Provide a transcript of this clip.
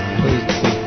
please